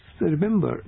remember